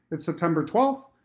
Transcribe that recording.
it's september twelfth,